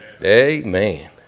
Amen